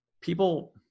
people